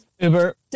Uber